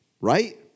Right